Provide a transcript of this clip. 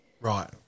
Right